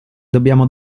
dobbiamo